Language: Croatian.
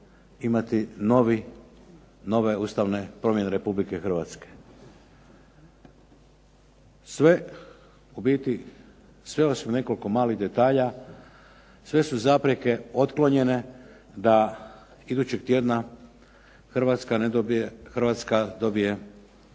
novi, nove ustavne promjene Republike Hrvatske. Sve, u biti sve osim nekoliko malih detalja, sve su zapreke otklonjene da idućeg tjedna Hrvatska dobije